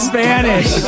Spanish